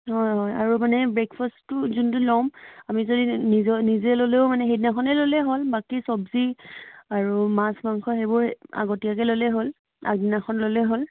হয় হয় আৰু মানে ব্ৰেকফাষ্টটো যোনটো লওঁ আমি যদি নিজৰ নিজে ল'লেও মানে সেইদিনাখনেই ল'লে হ'ল বাকী চবজি আৰু মাছ মাংস সেইবোৰ আগতীয়াকৈ ল'লেই হ'ল আগদিনাখন ল'লেই হ'ল